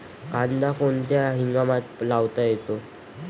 कांदा कोणत्या हंगामात लावता येतो?